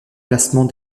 classement